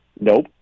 Nope